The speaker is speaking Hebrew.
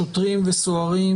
שוטרים וסוהרים,